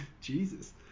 Jesus